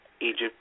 Egypt